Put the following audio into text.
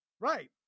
Right